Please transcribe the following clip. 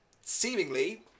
seemingly